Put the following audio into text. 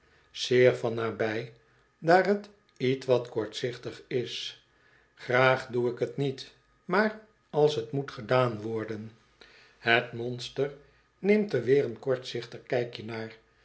zeer van nabij daar het ietwat kortzichtig is graag doe ik t niet maar als t moet gedaan worden het monster neemt er weer een kortzichtig kijkje naar